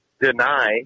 Deny